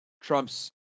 Trump's